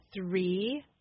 three